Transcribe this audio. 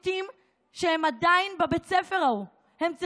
מסיוטים שבהם הם עדיין בבית הספר ההוא.